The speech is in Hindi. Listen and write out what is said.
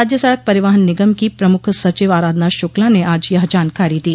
राज्य सड़क परिवहन निगम की प्रमुख सचिव आराधना शुक्ला ने आज यह जानकारो दी